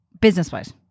business-wise